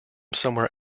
somewhere